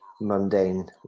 mundane